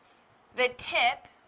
the tip,